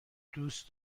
دوست